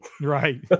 Right